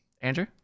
Andrew